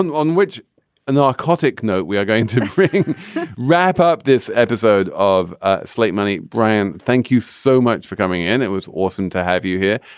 and on which narcotic note, we are going to wrap up this episode of ah slate money. brian, thank you so much for coming in. it was awesome to have you here.